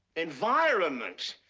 environment?